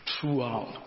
throughout